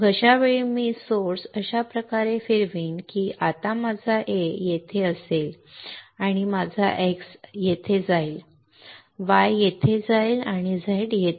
मग अशावेळी मी स्त्रोत अशा प्रकारे फिरवीन की आता माझा A येथे असेल माझा X येथे जाईल Y येथे जाईल Z येथे जाईल